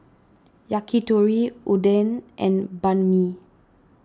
Yakitori Oden and Banh Mi